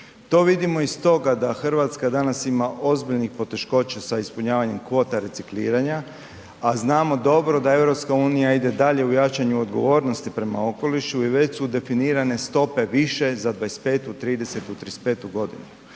To vidimo iz toga da Hrvatska danas ima ozbiljnih poteškoća sa ispunjavanjem kvota recikliranja, a znamo dobro da EU ide dalje u jačanju odgovornosti prema okolišu i već su definirane stope više za 2025., 2030., 2035. godinu.